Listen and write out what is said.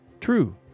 True